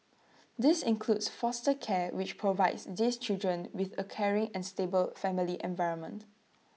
this includes foster care which provides these children with A caring and stable family environment